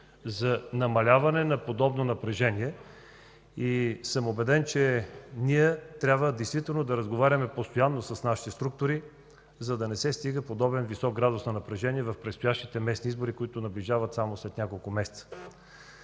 за намаляване на подобно напрежение. Убеден съм, че ние трябва действително да разговаряме постоянно с нашите структури, за да не се достига подобен висок градус на напрежение в предстоящите местни избори, които наближават – само след няколко месеца.